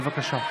בבקשה.